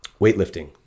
weightlifting